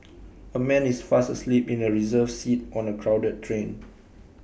A man is fast asleep in A reserved seat on A crowded train